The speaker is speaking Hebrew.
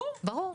ברור.